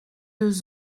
deux